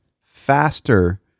faster